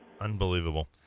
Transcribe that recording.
Unbelievable